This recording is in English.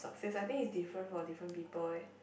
I think is different for different people leh